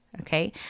okay